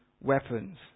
weapons